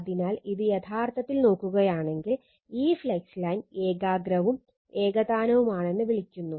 അതിനാൽ ഇത് യഥാർത്ഥത്തിൽ നോക്കുകയാണെങ്കിൽ ഈ ഫ്ലക്സ് ലൈൻ ഏകാഗ്രവും ഏകതാനവുമാണെന്ന് വിളിക്കുന്നു